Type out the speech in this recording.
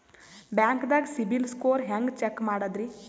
ಬ್ಯಾಂಕ್ದಾಗ ಸಿಬಿಲ್ ಸ್ಕೋರ್ ಹೆಂಗ್ ಚೆಕ್ ಮಾಡದ್ರಿ?